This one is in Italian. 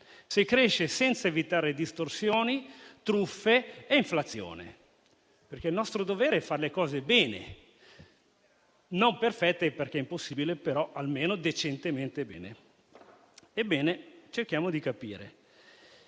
se cresce senza evitare distorsioni, truffe e inflazione. Il nostro dovere infatti è fare le cose bene: non perfette, perché è impossibile, però almeno decentemente bene. Dunque cerchiamo di capire